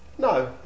No